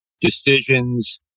decisions